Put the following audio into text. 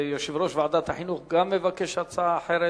יושב-ראש ועדת החינוך מבקש אף הוא הצעה אחרת.